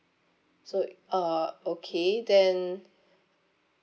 so uh okay then